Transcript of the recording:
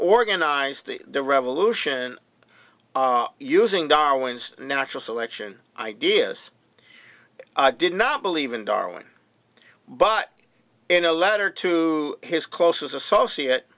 organized the revolution using darwin's natural selection ideas i did not believe in darling but in a letter to his close associate